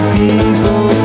people